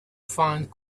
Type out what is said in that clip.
find